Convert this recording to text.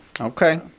okay